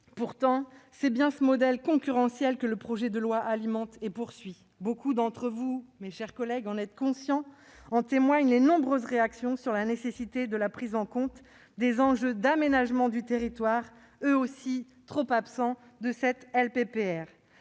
Pourtant, c'est bien ce modèle concurrentiel que le projet de loi alimente et poursuit. Beaucoup d'entre vous en êtes conscients, mes chers collègues, comme en témoignent les nombreuses réactions sur la nécessité de prendre en compte les enjeux d'aménagement du territoire, eux aussi trop absents de ce